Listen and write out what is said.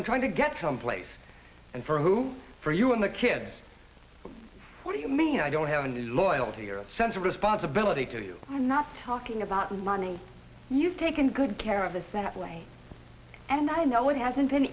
i'm trying to get someplace and for whom for you and the kids what do you mean i don't have any loyalty or sense of responsibility to you i'm not talking about money you've taken good care of the senate way and i know it hasn't been